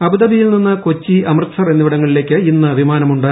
അബുദാബിയിൽ നിന്ന് കൊച്ചി അമൃത്സർ എന്നിവിടങ്ങളിലേക്ക് ഇന്ന് വിമാനങ്ങളുണ്ട്